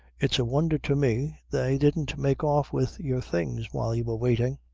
it's a wonder to me they didn't make off with your things while you were waiting.